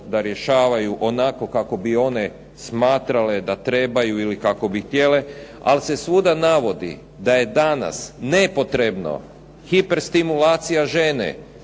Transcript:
da rješavaju onako kako bi one smatrale da trebaju, ili kako bi htjele, ali se svuda navodi da je danas nepotrebno hiperstimulacija žele